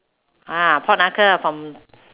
ah pork knuckle from